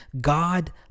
God